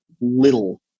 little